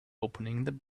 opening